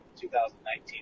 2019